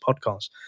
podcast